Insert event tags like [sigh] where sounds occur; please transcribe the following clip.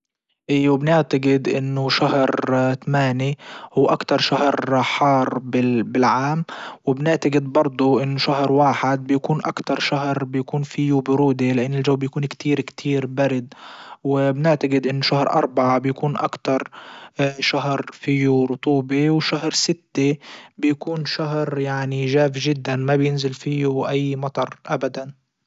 اي وبنعتجد انه شهر [hesitation] ثمانية هو اكتر شهر حار [hesitation] بالعام وبنعتجد برضه انه شهر واحد بكون اكتر شهر بكون فيه برودة لانه الجو بكون كتير كتير برد وبنعتجد انه شهر اربعة بيكون اكتر شهر فيو رطوبة شهر ستة بيكون شهر يعني جاف جدا ما بينزل فيو اي مطر ابدا.